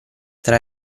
tra